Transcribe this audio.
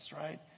right